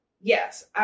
Yes